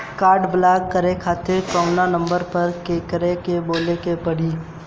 Card block करे खातिर कवना नंबर पर केकरा के बोले के परी?